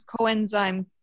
coenzyme